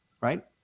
right